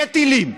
יהיו טילים,